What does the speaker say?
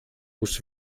muss